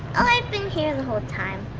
i've been here the whole time.